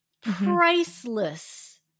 priceless